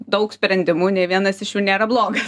daug sprendimų nei vienas iš jų nėra blogas